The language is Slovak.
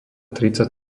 tridsať